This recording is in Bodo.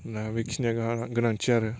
दा बेखिनिया गोनांथि आरो